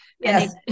Yes